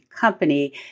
company